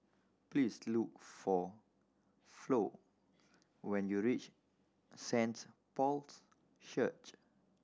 please look for Flo when you reach Saints Paul's Church